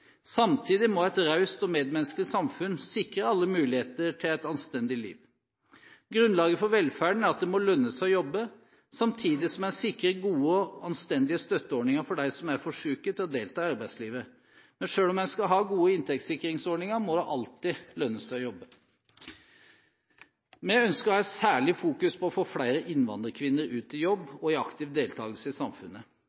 Samtidig må et raust og medmenneskelig samfunn sikre alle muligheter til et anstendig liv. Grunnlaget for velferden er at det må lønne seg å jobbe, samtidig som en sikrer gode og anstendige støtteordninger for dem som er for syke til å delta i arbeidslivet, men selv om en skal ha gode inntektssikringsordninger, må det alltid lønne seg å jobbe. Vi ønsker et særlig fokus på å få flere innvandrerkvinner ut i jobb